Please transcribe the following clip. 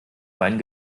meinen